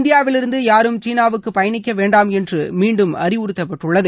இந்தியாவிலிருந்து யாரும் சினாவுக்கு பயணிக்க வேண்டாம் மீண்டும் என்று அறிவுறுத்தப்பட்டுள்ளது